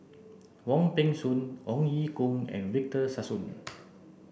Wong Peng Soon Ong Ye Kung and Victor Sassoon